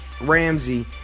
Ramsey